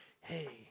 Hey